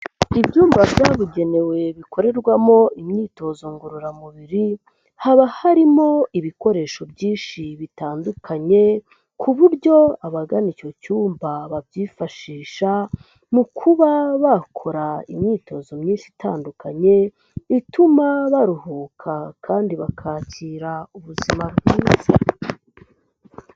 Ibyumba byabugenewe bikorerwamo imyitozo ngororamubiri, haba harimo ibikoresho byinshi bitandukanye, ku buryo abagana icyo cyumba babyifashisha mu kuba bakora imyitozo myinshi itandukanye, ituma baruhuka kandi bakakira ubuzima bwiza.